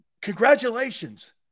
congratulations